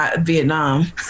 Vietnam